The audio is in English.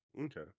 Okay